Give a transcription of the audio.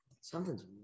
Something's